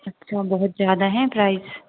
अच्छा बहुत ज़्यादा है प्राइज़